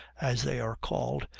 as they are called,